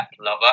lover